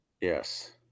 Yes